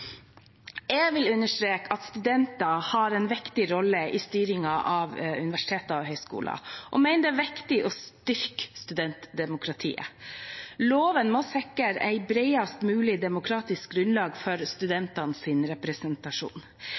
Jeg vil understreke at studenter har en viktig rolle i styringen av universiteter og høgskoler, og mener det er viktig å styrke studentdemokratiet. Loven må sikre et bredest mulig demokratisk grunnlag for studentenes representasjon.